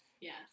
Yes